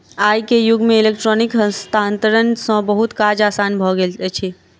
आई के युग में इलेक्ट्रॉनिक हस्तांतरण सॅ बहुत काज आसान भ गेल अछि